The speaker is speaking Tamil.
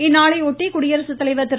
இந்நாளையொட்டி குடியரசுத்தலைவர் திரு